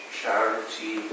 charity